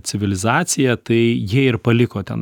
civilizacija tai jie ir paliko ten